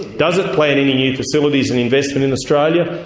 does it plan any new facilities and investment in australia?